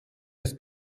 des